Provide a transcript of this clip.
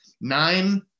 nine